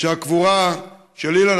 שהקבורה של אילן,